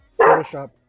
Photoshop